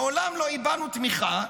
מעולם לא הבענו תמיכה,